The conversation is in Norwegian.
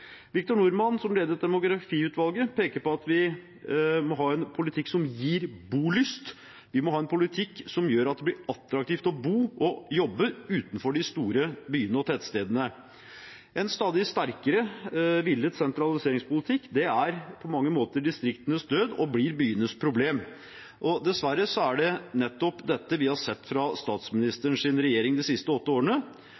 Victor Norman, som ledet demografiutvalget, peker på at vi må ha en politikk som gir bolyst, en politikk som gjør at det blir attraktivt å bo og jobbe utenfor de store byene og tettstedene. En stadig sterkere, villet sentraliseringspolitikk er på mange måter distriktenes død og blir byenes problem. Dessverre er det nettopp dette vi har sett fra